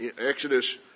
Exodus